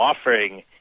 offering